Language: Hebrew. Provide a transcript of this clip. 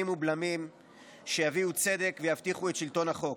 ובלמים שיביאו צדק ויבטיחו את שלטון החוק.